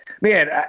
Man